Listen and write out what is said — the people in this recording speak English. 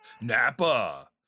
napa